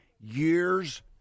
years